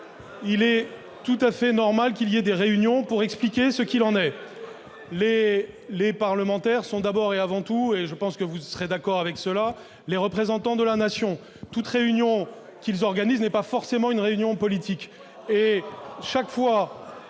Il est tout à fait normal que des réunions soient organisées pour expliquer ce qu'il en est. Les parlementaires sont d'abord et avant tout- je pense que vous serez d'accord avec ce que j'affirme -les représentants de la Nation : toute réunion qu'ils organisent n'est pas forcément une réunion politique